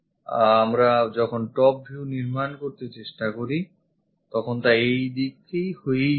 কাজেই আমরা যখন top view নির্মান করতে চেষ্টা করি তখন তা এইদিক হয়েই যায়